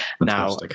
Now